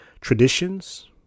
traditions